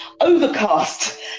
overcast